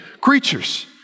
creatures